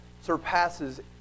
surpasses